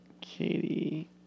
Katie